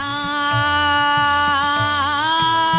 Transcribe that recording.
aa